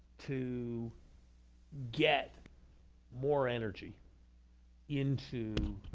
to get more energy into